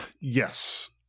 yes